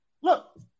look